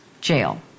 jail